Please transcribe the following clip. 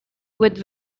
with